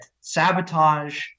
sabotage